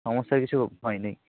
সমস্যা কিছু ভয় নেই